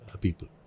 people